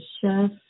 Chef